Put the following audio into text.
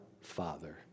Father